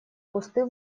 кусты